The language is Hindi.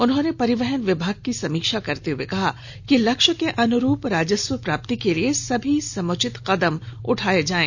उन्होंने परिवहन विभाग की समीक्षा करते हुए कहा कि लक्ष्य के अनुरुप राजस्व प्राप्ति के लिए सभी समुचित कदम उठाए जाएं